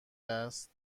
است